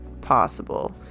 possible